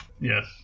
Yes